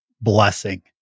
blessing